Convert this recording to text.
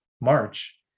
March